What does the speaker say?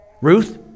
Ruth